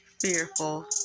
fearful